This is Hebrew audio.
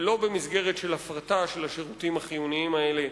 ולא במסגרת הפרטה של השירותים החיוניים האלה,